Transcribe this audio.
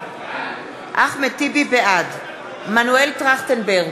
בעד מנואל טרכטנברג,